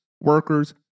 workers